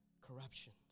corruption